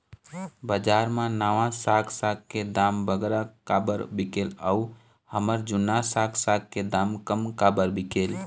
बजार मा नावा साग साग के दाम बगरा काबर बिकेल अऊ हमर जूना साग साग के दाम कम काबर बिकेल?